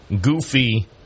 goofy